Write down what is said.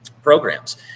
programs